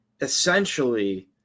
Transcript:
essentially –